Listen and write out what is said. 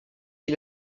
qui